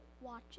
Watch